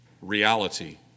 reality